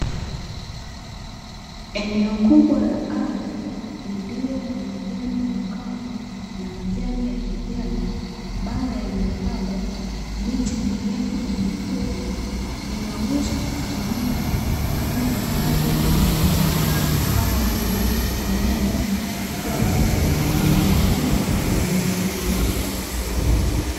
Eneo kubwa la ardhi, lililo na majani makavu na majani ya kijani, mawe yaliyopangwa, miti mirefu na mifupi, linaweza kutumika kama makazi ya wanyamapori, kama vile; nyani, swala, pundamilia na wengine.